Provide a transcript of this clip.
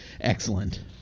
Excellent